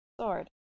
sword